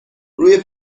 روی